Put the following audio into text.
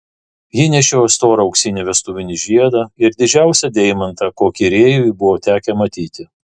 ji nešiojo storą auksinį vestuvinį žiedą ir didžiausią deimantą kokį rėjui buvo tekę matyti